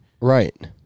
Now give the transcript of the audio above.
Right